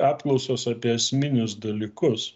apklausos apie esminius dalykus